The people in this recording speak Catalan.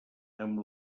amb